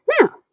Now